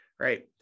right